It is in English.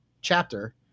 chapter